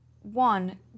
One